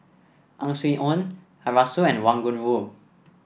Ang Swee Aun Arasu and Wang Gungwu